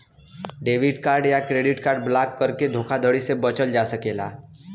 debit card या credit card block करके धोखाधड़ी से बचल जा सकला